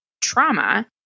trauma